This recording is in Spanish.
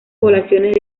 poblaciones